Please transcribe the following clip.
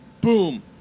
boom